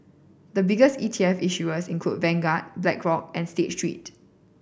the biggest E T F issuers include Vanguard Blackrock and State Street